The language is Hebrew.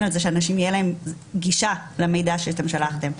על זה שלאנשים תהיה גישה למידע שאתם שלחתם.